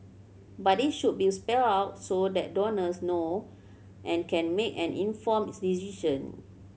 but it should be spelled out so that donors know and can make an informed decision